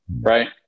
right